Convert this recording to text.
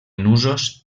nusos